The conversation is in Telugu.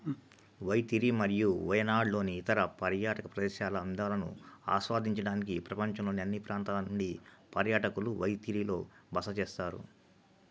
వైతిరి మరియు వయనాడ్లోని ఇతర పర్యాటక ప్రదేశాల అందాలను ఆస్వాదించడానికి ప్రపంచంలోని అన్ని ప్రాంతాల నుండి పర్యాటకులు వైతిరిలో బస చేస్తారు